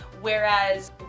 Whereas